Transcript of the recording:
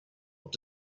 what